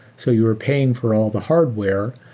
so you are paying for all the hardware.